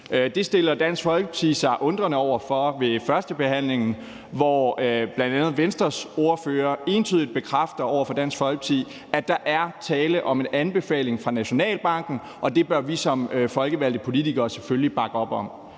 Det stiller Dansk Folkeparti sig undrende over for ved førstebehandlingen, hvor bl.a. Venstres ordfører entydigt over for Dansk Folkeparti bekræfter, at der er tale om en anbefaling fra Nationalbanken, og siger, at den bør vi som politikere selvfølgelig bakke op om.